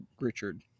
Richard